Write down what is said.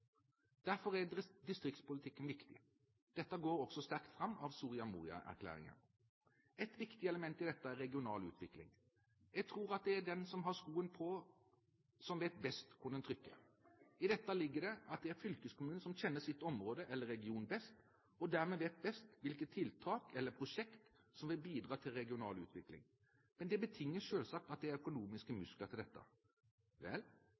Derfor er distriktspolitikken viktig. Dette går også sterkt fram av Soria Moria-erklæringen. Et viktig element i dette er regional utvikling. Jeg tror at det er de som har skoen på, som vet best hvor den trykker. I dette ligger det at det er fylkeskommunen som kjenner sitt område eller sin region best og dermed vet best hvilke tiltak eller prosjekt som vil bidra til regional utvikling. Men det betinger selvsagt at det er økonomiske muskler til dette. Vel,